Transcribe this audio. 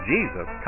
Jesus